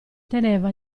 teneva